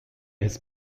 his